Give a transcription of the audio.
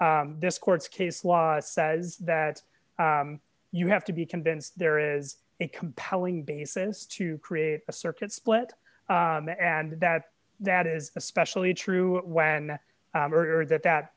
this court case law says that you have to be convinced there is a compelling basis to create a circuit split and that that is especially true when that that